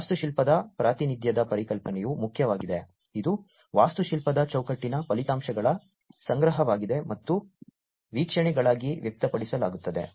ವಾಸ್ತುಶಿಲ್ಪದ ಪ್ರಾತಿನಿಧ್ಯದ ಪರಿಕಲ್ಪನೆಯು ಮುಖ್ಯವಾಗಿದೆ ಇದು ವಾಸ್ತುಶಿಲ್ಪದ ಚೌಕಟ್ಟಿನ ಫಲಿತಾಂಶಗಳ ಸಂಗ್ರಹವಾಗಿದೆ ಮತ್ತು ವೀಕ್ಷಣೆಗಳಾಗಿ ವ್ಯಕ್ತಪಡಿಸಲಾಗುತ್ತದೆ